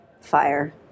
Fire